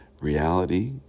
Reality